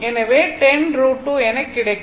எனவே 10 √2 என கிடைக்கும்